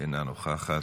אינה נוכחת.